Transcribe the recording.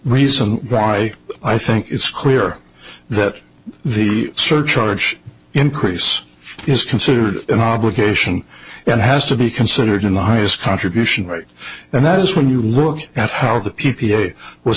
reason why i think it's clear that the surcharge increase is considered an obligation and has to be considered in the highest contribution right and that is when you look at how the p p a was